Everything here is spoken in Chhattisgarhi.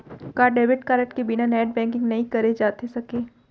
का डेबिट कारड के बिना नेट बैंकिंग नई करे जाथे सके?